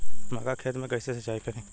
मका के खेत मे कैसे सिचाई करी?